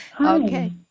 Okay